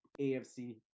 AFC